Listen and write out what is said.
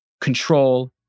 control